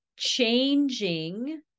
changing